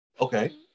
Okay